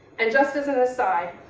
and just as an aside,